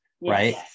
right